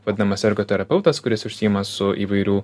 vadinamas ergo terapeutas kuris užsiima su įvairių